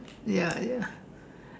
ya ya